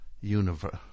Universe